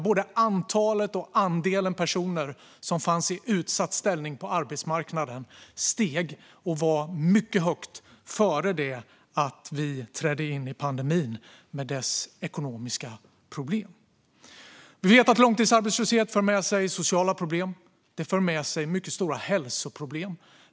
Både antalet och andelen personer i utsatt ställning på arbetsmarknaden steg och var mycket högt redan innan vi trädde in i pandemin med dess ekonomiska problem. Vi vet att långtidsarbetslöshet för med sig sociala problem. Det för med sig mycket stora hälsoproblem.